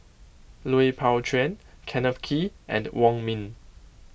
Lui Pao Chuen Kenneth Kee and Wong Ming